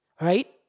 Right